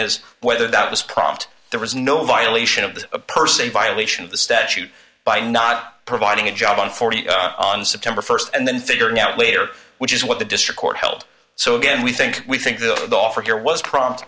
is whether that was prompt there was no violation of this person a violation of the statute by not providing a job on forty on september st and then figuring out later which is what the district court held so again we think we think the offer here was prompt